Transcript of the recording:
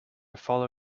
follow